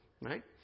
right